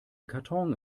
karton